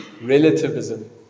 relativism